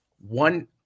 one